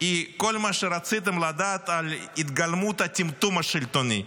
היא כל מה שרציתם לדעת על התגלמות הטמטום השלטוני.